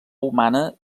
humana